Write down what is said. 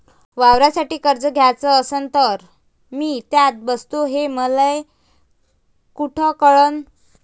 वावरासाठी कर्ज घ्याचं असन तर मी त्यात बसतो हे मले कुठ कळन?